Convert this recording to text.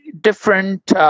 different